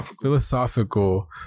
philosophical